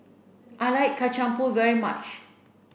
I like Kacang Pool very much